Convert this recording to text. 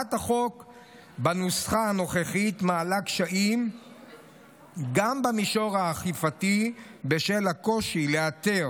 הצעת החוק בנוסחה הנוכחי מעלה קשיים גם במישור האכיפתי בשל הקושי לאתר